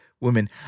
women